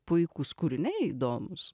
puikūs kūriniai įdomūs